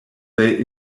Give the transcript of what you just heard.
they